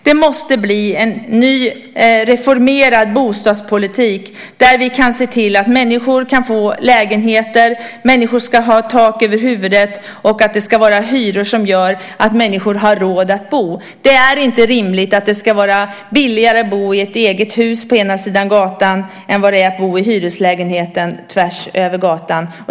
Det måste bli en ny, reformerad bostadspolitik där vi kan se till att människor kan få lägenheter. Människor ska ha tak över huvudet, och det ska vara hyror som gör att människor har råd att bo. Det är inte rimligt att det ska vara billigare att bo i ett eget hus på ena sidan gatan än i hyreslägenheten tvärs över gatan.